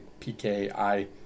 PKI